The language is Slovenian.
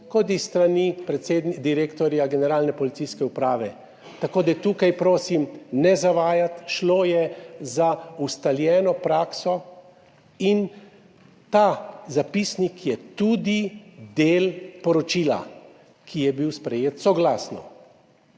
kot s strani direktorja Generalne policijske uprave. Tako da tukaj prosim ne zavajati, šlo je za ustaljeno prakso in ta zapisnik je tudi del poročila, ki je bil sprejet soglasno.